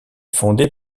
fondée